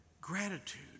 gratitude